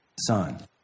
son